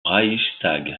reichstag